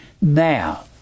Now